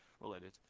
related